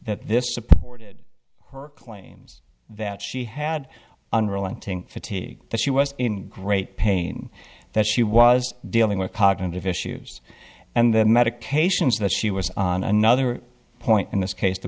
that this supported her claims that she had unrelenting fatigue that she was in great pain that she was dealing with cognitive issues and the medications that she was on another point in this case there